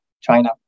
China